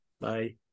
bye